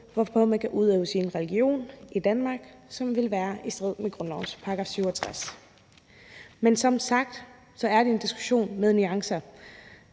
hvorpå man kan udøve sin religion i Danmark, som ville være i strid med grundlovens § 67. Men som sagt er det en diskussion med nuancer.